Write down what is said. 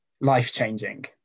life-changing